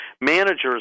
Managers